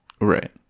right